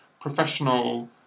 professional